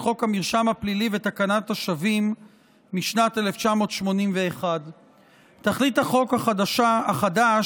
חוק המרשם הפלילי ותקנת השבים משנת 1981. תכלית החוק החדש